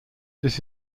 this